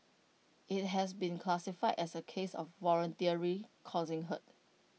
IT has been classified as A case of voluntarily causing hurt